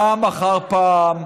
פעם אחר פעם,